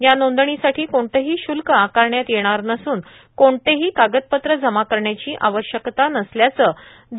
या नोंदणीसाठी कोणतेही श्ल्क आकारण्यात येणार नसून कोणतीही कागदपत्र जमा करण्याची आवष्यकता नसल्याचं द